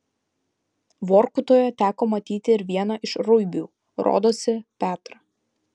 vorkutoje teko matyti ir vieną iš ruibių rodosi petrą